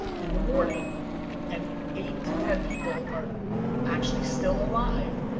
in the morning and eight to ten people are actually still alive,